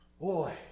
Boy